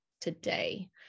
today